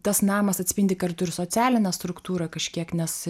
tas namas atspindi kartu ir socialinę struktūrą kažkiek nes